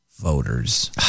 voters